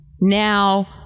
now